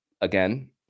Again